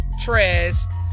Trez